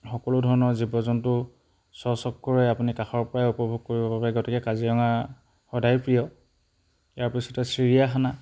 সকলো ধৰণৰ জীৱ জন্তু স্বচক্ষুৰে আপুনি কাষৰপৰাই উপভোগ কৰিব পাৰে গতিকে কাজিৰঙা সদায় প্ৰিয় ইয়াৰ পিছতে চিৰিয়াখানা